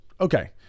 Okay